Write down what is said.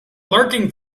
lurking